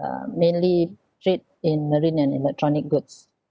uh mainly trade in marine and electronic goods